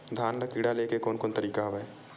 धान ल कीड़ा ले के कोन कोन तरीका हवय?